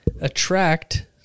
attract